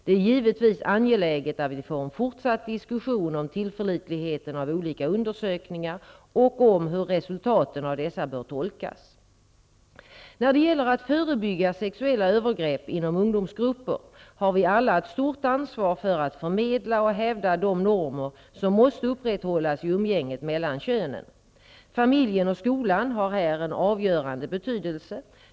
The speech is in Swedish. Det är givetvis angeläget att vi får en fortsatt diskussion om tillförlitligheten av olika undersökningar och om hur resultaten av dessa bör tolkas. När det gäller att förebygga sexuella övergrepp inom ungdomsgrupper har vi alla ett stort ansvar för att förmedla och hävda de normer som måste upprätthållas i umgänget mellan könen. Familjen och skolan har här en avgörande betydelse.